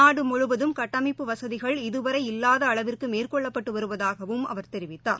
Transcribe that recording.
நாடுமுழுவதும் கட்டமைப்பு வசதிகள் இதுவரை இல்லாதஅளவிற்குமேற்கொள்ளப்பட்டுவருவதாகவும் அவர் தெரிவித்தார்